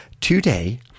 today